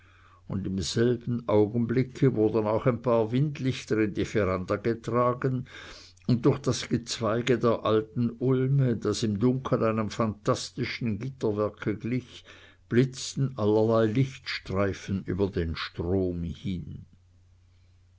und im selben augenblicke wurden auch ein paar windlichter in die veranda getragen und durch das gezweige der alten ulme das im dunkel einem phantastischen gitterwerke glich blitzten allerlei lichtstreifen über den strom hin